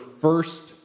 first